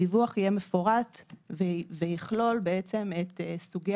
הדיווח יהיה מפורט ויכלול את סוגי